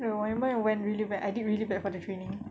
ya my mind went really bad I did really bad for the training